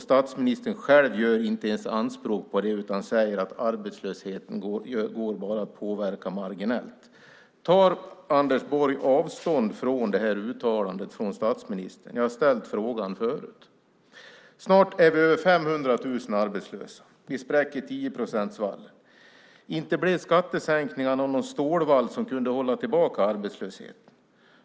Statsministern själv gör inte ens anspråk på det utan säger att arbetslösheten bara går att påverka marginellt. Tar Anders Borg avstånd från det uttalandet av statsministern? Jag har ställt frågan förut. Snart är över 500 000 personer arbetslösa. Vi spräcker 10-procentsvallen. Inte blev skattesänkningarna någon stålvall som kunde hålla tillbaka arbetslösheten.